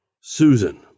Susan